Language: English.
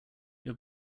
your